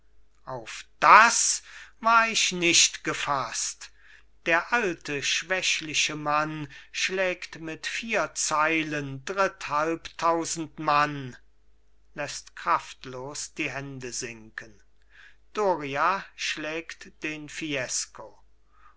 auf das war ich nicht gefaßt der alte schwächliche mann schlägt mit vier zeilen dritthalbtausend mann läßt kraftlos die hände sinken doria schlägt den fiesco